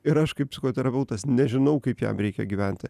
ir aš kaip psichoterapeutas nežinau kaip jam reikia gyventi